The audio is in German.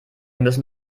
müssen